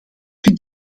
vind